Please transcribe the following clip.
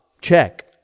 check